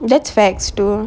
that's facts too